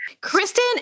Kristen